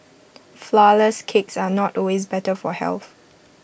Flourless Cakes are not always better for health